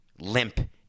limp